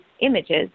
images